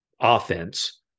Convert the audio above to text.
offense